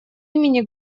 имени